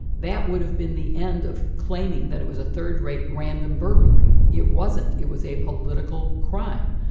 that would have been the end of claiming that it was a third rate random burglary. it wasn't. it was a political crime.